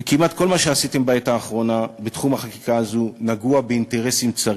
וכמעט כל מה שעשיתם בעת האחרונה בתחום החקיקה הזאת נגוע באינטרסים צרים.